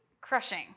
crushing